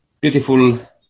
beautiful